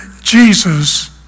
Jesus